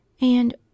And